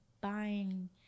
buying